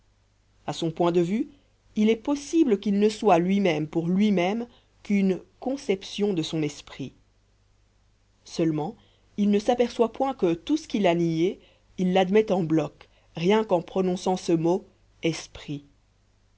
à son point de vue il est possible qu'il ne soit lui-même pour lui-même qu'une conception de son esprit seulement il ne s'aperçoit point que tout ce qu'il a nié il l'admet en bloc rien qu'en prononçant ce mot esprit